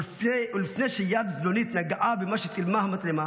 ולפני שיד זדונית נגעה במה שצילמה המצלמה